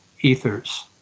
ethers